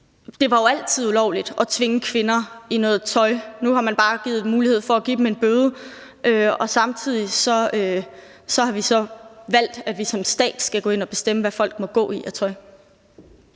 Det har jo altid været ulovligt at tvinge kvinder i noget tøj. Nu har man bare givet mulighed for at give dem en bøde, og samtidig har vi så valgt, at vi som stat skal gå ind og bestemme, hvad for noget tøj